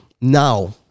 Now